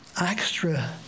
extra